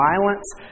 violence